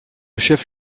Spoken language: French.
chef